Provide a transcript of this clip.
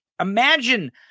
Imagine